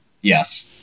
Yes